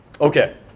Okay